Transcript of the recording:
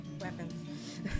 weapons